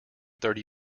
thirty